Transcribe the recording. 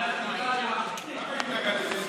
למה התנגדתם?